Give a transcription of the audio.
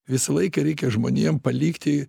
visą laiką reikia žmonėm palikti